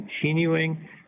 continuing